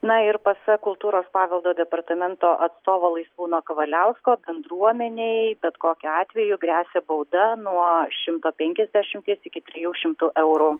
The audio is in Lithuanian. na ir pasak kultūros paveldo departamento atstovo laisvūno kavaliausko bendruomenei bet kokiu atveju gresia bauda nuo šimto penkiasdešimties iki trijų šimtų eurų